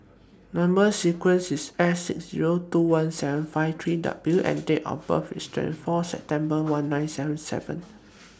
Number sequences IS S six Zero two one seven five three W and Date of birth IS twenty four September one nine seven seven